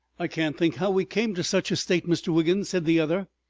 i can't think how we came to such a state, mr. wiggins, said the other,